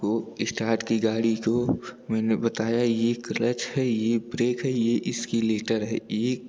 वह स्टार्ट की गाड़ी को मैंने बताया यह क्लच है यह ब्रेक है यह इस्किलेटर है एक